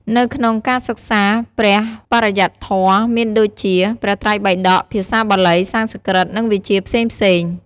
នៅក្នុងការសិក្សាព្រះបរិយត្តិធម៌ មានដូចជា ព្រះត្រៃបិដក ភាសាបាលី-សំស្ក្រឹត និងវិជ្ជាផ្សេងៗ។